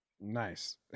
Nice